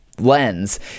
lens